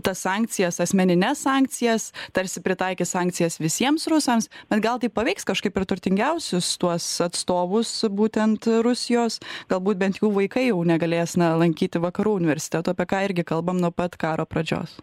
tas sankcijas asmenines sankcijas tarsi pritaikė sankcijas visiems rusams bet gal tai paveiks kažkaip ir turtingiausius tuos atstovus būtent rusijos galbūt bent jų vaikai jau negalės lankyti vakarų universitetų apie ką irgi kalbam nuo pat karo pradžios